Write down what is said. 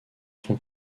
sont